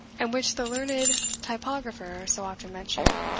and which the learned typographer, so often mentioned,